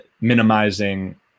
minimizing